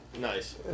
Nice